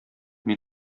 мин